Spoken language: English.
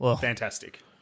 Fantastic